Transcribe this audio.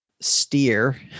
steer